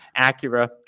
Acura